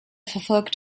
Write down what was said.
verfolgt